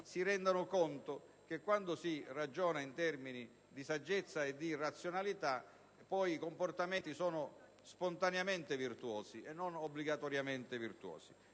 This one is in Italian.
si rendano conto che quando si ragiona in termini di saggezza e di razionalità i comportamenti sono poi spontaneamente, e non obbligatoriamente, virtuosi.